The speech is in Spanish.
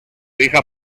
hija